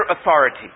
authority